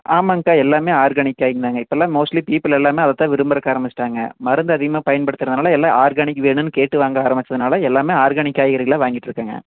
ஆமாங்க சார் எல்லாமே ஆர்கானிக் ஐட்டம்தாங்க இப்போல்லாம் மோஸ்ட்லி பீப்புள் எல்லாமே அதைத்தான் விரும்புறக்கு ஆரமிச்சிட்டாங்க மருந்து அதிகமாக பயன்படுத்துறதுனால எல்லாம் ஆர்கானிக் எதுன்னு கேட்டு வாங்க ஆரமிச்சதுனால எல்லாமே ஆர்கானிக் காய்கறிகளாக வாங்கிட்டுருக்கங்க